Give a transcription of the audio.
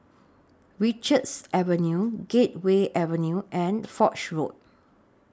Richards Avenue Gateway Avenue and Foch Road